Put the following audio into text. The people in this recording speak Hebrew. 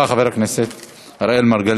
תודה רבה, חבר הכנסת אראל מרגלית.